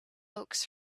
oaks